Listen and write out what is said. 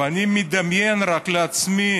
ואני רק מדמיין לעצמי